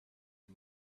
him